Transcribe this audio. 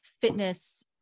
fitness